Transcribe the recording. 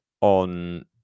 on